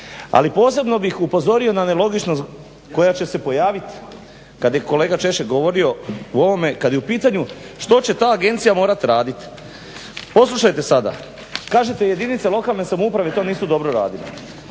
Ali posebno bih upozorio na nelogičnost koja će se pojavit, kad je kolega Češek govorio u ovome, kad je u pitanju što će ta agencija morat radit? Poslušajte sada, kažete jedinice lokalne samouprave to nisu dobro radile,